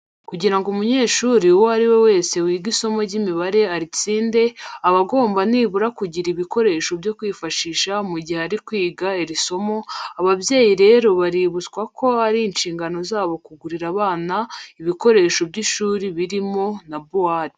Kugira ngo umunyeshuri uwo ari we wese wiga isomo ry'imibare aritsinde, aba agomba nibura kugira ibikoresho byo kwifashisha mu gihe ari kwiga iri somo. Ababyeyi rero baributswa ko ari inshingano zabo kugurira abana babo ibikoresho by'ishuri birimo na buwate.